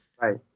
Right